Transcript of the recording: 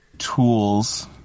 tools